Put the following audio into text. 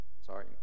sorry